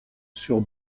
sur